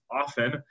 Often